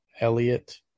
elliot